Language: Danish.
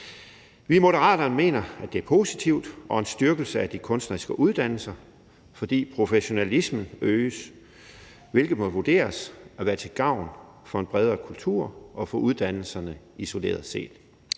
Vi i Moderaterne mener, at det er positivt og en styrkelse af de kunstneriske uddannelser, fordi professionalismen øges, hvilket må vurderes at være til gavn for kulturen bredere set og for uddannelserne isoleret set.